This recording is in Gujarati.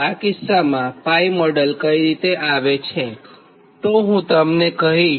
આ કિસ્સામાં 𝜋 મોડેલ કઈ રીતે આવે છે તે હું તમને કહીશ